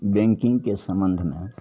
बैँकिन्गके सम्बन्धमे